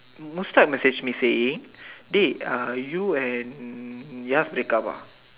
Mustad messaged me saying dey uh you and Yaz break up ah